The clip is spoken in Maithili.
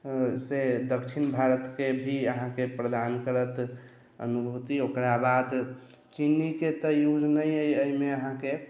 से दक्षिण भारतके भी अहाँकेँ प्रदान करत अनुभूति ओकराबाद चीनीके तऽ यूज नहि अछि एहिमे अहाँकेँ